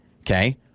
Okay